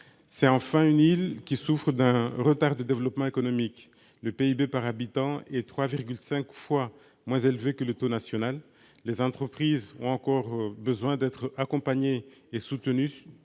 c'est une île qui souffre d'un retard de développement économique : le PIB par habitant est 3,5 fois moins élevé que le taux national. Les entreprises ont encore besoin d'être accompagnées et soutenues